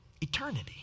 eternity